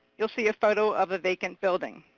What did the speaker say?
you'll see a photo of a vacant building.